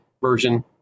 version